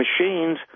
machines